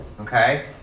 Okay